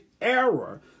error